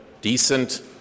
Decent